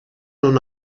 non